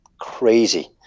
crazy